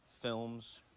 films